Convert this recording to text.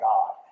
God